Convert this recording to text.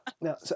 Now